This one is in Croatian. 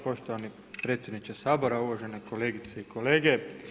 Poštovani predsjedniče Sabora, uvažene kolegice i kolege.